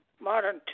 modern